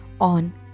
on